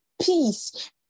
peace